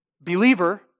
Believer